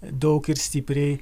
daug ir stipriai